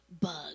bug